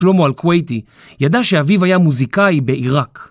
שלמה אלכווייתי ידע שאביו היה מוזיקאי בעיראק.